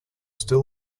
still